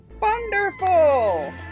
Wonderful